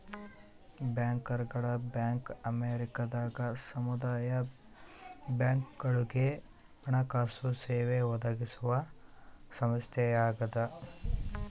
ಬ್ಯಾಂಕರ್ಗಳ ಬ್ಯಾಂಕ್ ಅಮೇರಿಕದಾಗ ಸಮುದಾಯ ಬ್ಯಾಂಕ್ಗಳುಗೆ ಹಣಕಾಸು ಸೇವೆ ಒದಗಿಸುವ ಸಂಸ್ಥೆಯಾಗದ